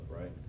right